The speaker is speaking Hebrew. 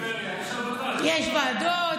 יש ועדות.